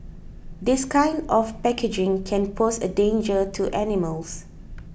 this kind of packaging can pose a danger to animals